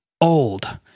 old